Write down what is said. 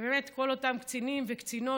וכל אותם קצינים וקצינות